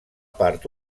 part